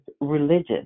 religious